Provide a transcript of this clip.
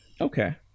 Okay